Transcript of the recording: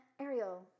Ariel